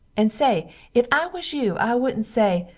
and say if i was you i woodnt say,